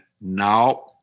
No